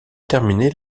terminé